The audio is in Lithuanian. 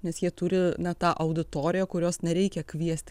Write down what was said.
nes jie turi na tą auditoriją kurios nereikia kviesti